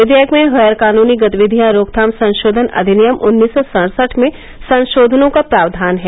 विधेयक में गैरकानूती गतिविधियां रोकथाम संशोधन अधिनियम उन्नीस सौ सड़सठ में संशोधनों का प्रावधान है